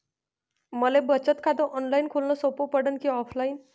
मले बचत खात ऑनलाईन खोलन सोपं पडन की ऑफलाईन?